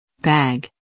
Bag